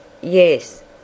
Yes